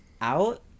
out